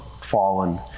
fallen